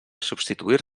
substituir